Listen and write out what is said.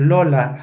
Lola